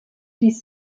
dies